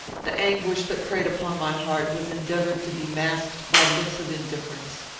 the anguish that preyed upon my heart was endeavoured to be masked by looks of indifference.